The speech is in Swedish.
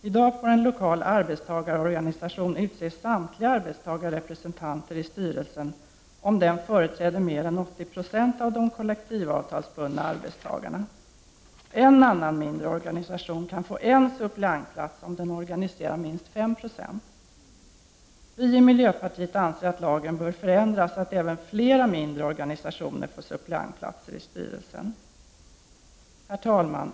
I dag får en lokal arbetstagarorganisation utse samtliga arbetstagarrepresentanter i styrelsen, om den företräder mer än 80 26 av de kollektivavtalsbundna arbetstagarna. En enda mindre organisation kan få en suppleantplats — om den organiserar minst 5 90. Vi i miljöpartiet anser att lagen bör ändras så att flera mindre organisationer får suppleantplatser i styrelsen. Herr talman!